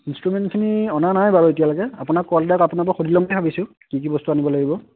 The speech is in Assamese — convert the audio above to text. ইনষ্ট্ৰুমেন্টখিনি অনা নাই বাৰু এতিয়ালৈকে আপোনাক কল ডাৰেক্ট আপোনাৰ পৰা সুধি ল'ম ভাবিছোঁ কি কি বস্তু আনিব লাগিব